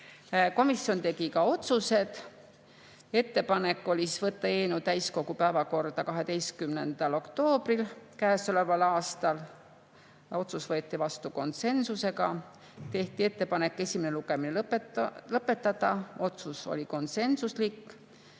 Komisjon tegi ka otsused. Ettepanek oli võtta eelnõu täiskogu päevakorda 12. oktoobril käesoleval aastal. Otsus võeti vastu konsensusega. Tehti ettepanek esimene lugemine lõpetada, otsus oli konsensuslik.